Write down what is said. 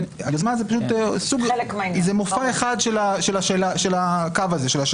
היוזמה זה מופע אחד של השאלה הזאת.